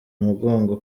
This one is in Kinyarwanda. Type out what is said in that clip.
mugongo